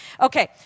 Okay